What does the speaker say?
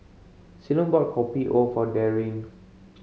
Ceylon bought Kopi O for Darryn